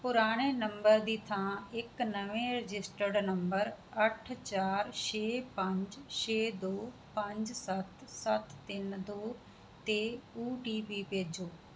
ਪੁਰਾਣੇ ਨੰਬਰ ਦੀ ਥਾਂ ਇੱਕ ਨਵੇਂ ਰਜਿਸਟਰਡ ਨੰਬਰ ਅੱਠ ਚਾਰ ਛੇ ਪੰਜ ਛੇ ਦੋ ਪੰਜ ਸੱਤ ਸੱਤ ਤਿੰਨ ਦੋ 'ਤੇ ਊ ਟੀ ਪੀ ਭੇਜੋ